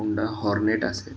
Honda Hornet असेल